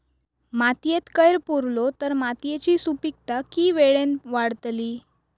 मातयेत कैर पुरलो तर मातयेची सुपीकता की वेळेन वाडतली?